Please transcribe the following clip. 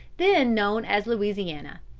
then known as louisiana,